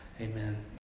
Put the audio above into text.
amen